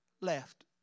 left